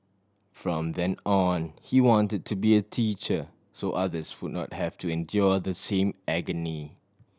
from then on he wanted to be a teacher so others would not have to endure the same agony